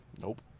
nope